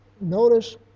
Notice